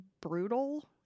brutal